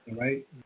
right